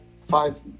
five